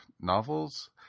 novels